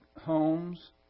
homes